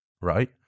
Right